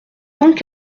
donc